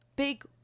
Big